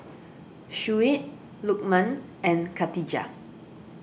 Shuib Lukman and Khatijah